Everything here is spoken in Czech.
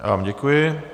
Já vám děkuji.